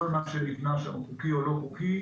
כל מה שנכנס שם חוקי או לא-חוקי,